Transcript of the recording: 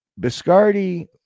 Biscardi